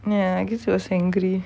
ya I guess he was angry